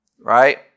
right